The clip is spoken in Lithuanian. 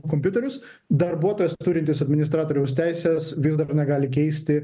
kompiuterius darbuotojas turintis administratoriaus teises vis dar negali keisti